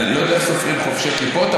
אני עוד לא יודע איך סופרים חובשי כיפות,